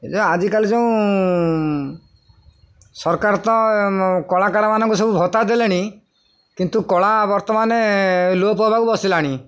ଏ ଆଜିକାଲି ଯେଉଁ ସରକାର ତ କଳାକାରମାନଙ୍କୁ ସବୁ ଭତ୍ତା ଦେଲେଣି କିନ୍ତୁ କଳା ବର୍ତ୍ତମାନେ ଲୋପ ପାଇବାକୁ ବସିଲାଣି